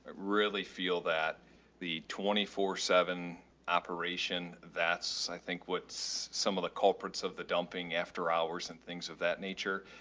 really feel that the twenty four, seven operation, that's i think what's some of the culprits of the dumping after hours and things of that nature.